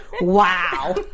Wow